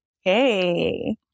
Hey